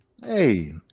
Hey